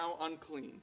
unclean